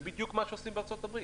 זה בדיוק מה שעושים בארצות הברית.